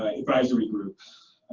advisory groups.